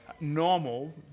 normal